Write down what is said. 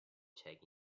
check